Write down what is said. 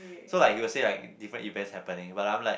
so like he would say like different events happening but I'm like